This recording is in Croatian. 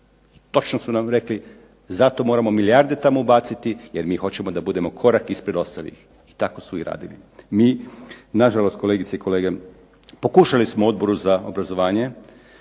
Točno su nam rekli zato moramo tamo milijarde ubaciti jer mi hoćemo da budemo korak ispred ostalih. I tako su i radili. Mi nažalost, kolegice i kolege pokušali smo Odboru za obrazovanje